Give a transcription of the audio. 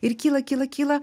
ir kyla kyla kyla